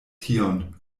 tion